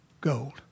gold